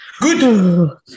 Good